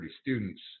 students